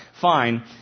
fine